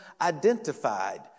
identified